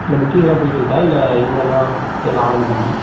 இல்லை புக்கிங்லாம் போயிட்டு இருக்கா இல்லை இனிமேல் தான் எல்லாம் ஆரம்பிக்கணுமா